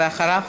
ואחריו,